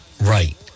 right